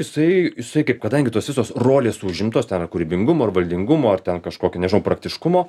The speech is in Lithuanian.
jisai jisai kaip kadangi tos visos rolės užimtos ten ar kūrybingumo ar valdingumo ar ten kažkokią nežinau praktiškumo